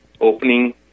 opening